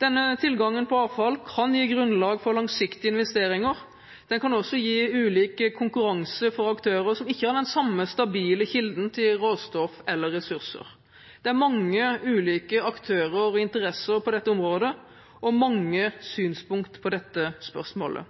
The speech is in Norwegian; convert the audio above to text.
Denne tilgangen på avfall kan gi grunnlag for langsiktige investeringer. Den kan også gi ulik konkurranse for aktører som ikke har den samme stabile kilden til råstoff eller ressurser. Det er mange ulike aktører og interesser på dette området og mange synspunkt på dette spørsmålet.